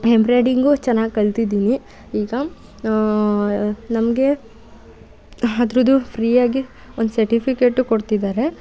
ಎಂಬ್ರಾಯ್ಡಿಂಗೂ ಚೆನ್ನಾಗಿ ಕಲ್ತಿದ್ದೀವಿ ಈಗ ನಮಗೆ ಅದ್ರದ್ದೂ ಫ್ರೀ ಆಗಿ ಒಂದು ಸರ್ಟಿಫಿಕೆಟೂ ಕೊಡ್ತಿದ್ದಾರೆ